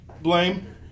blame